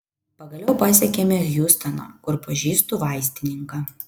pagaliau pasiekėme hjustoną kur pažįstu vaistininką